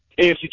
AFC